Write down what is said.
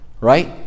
right